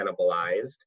cannibalized